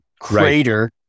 crater